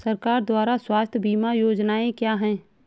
सरकार द्वारा स्वास्थ्य बीमा योजनाएं क्या हैं?